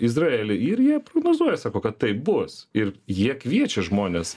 izraely ir jie prognozuoja sako kad taip bus ir jie kviečia žmones